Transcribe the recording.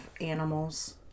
animals